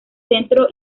centro